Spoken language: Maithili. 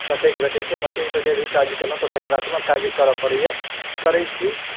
देखैके भेटै छै मशीनसँ जे भी काज कयलहुँ तऽ सकारात्मक काज करऽ पड़ैयै करै छी